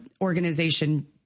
organization